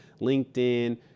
LinkedIn